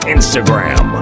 Instagram